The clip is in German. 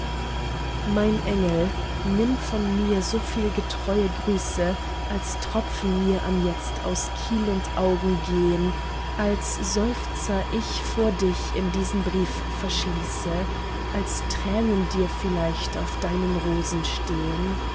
mein engel nimm von mir so viel getreue grüße als tropfen mir anjetzt aus kiel und augen gehn als seufzer ich vor dich in diesen brief verschließe als tränen dir vielleicht auf deinen rosen stehn